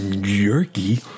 jerky